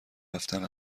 رفتن